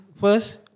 First